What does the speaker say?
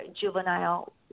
juvenile